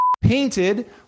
painted